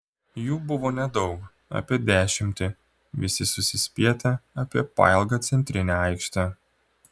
jų buvo nedaug apie dešimtį visi susispietę apie pailgą centrinę aikštę